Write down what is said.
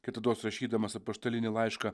kitados rašydamas apaštalinį laišką